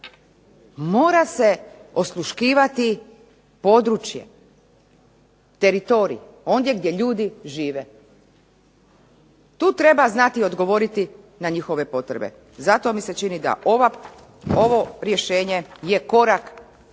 mora se osluškivati područje, teritorij, ondje gdje ljudi žive. Tu treba znati odgovoriti na njihove potrebe. Zato mi se čini da ovo rješenje je korak natrag